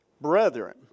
brethren